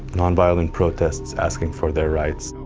nonviolent protests, asking for their rights.